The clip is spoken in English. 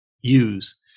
use